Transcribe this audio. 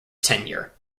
tenure